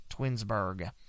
Twinsburg